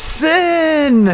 sin